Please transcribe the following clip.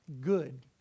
good